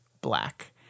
black